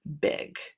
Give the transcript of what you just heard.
big